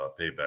payback